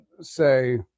say